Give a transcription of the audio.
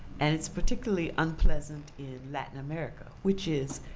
and it's particularly unpleasant in latin america. which is,